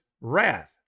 wrath